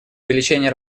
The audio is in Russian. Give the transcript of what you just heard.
увеличение